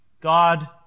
God